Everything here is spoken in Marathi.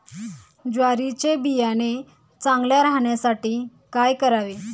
ज्वारीचे बियाणे चांगले राहण्यासाठी काय करावे?